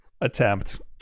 attempt